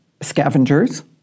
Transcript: scavengers